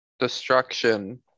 Destruction